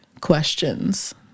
questions